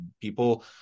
People